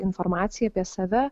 informaciją apie save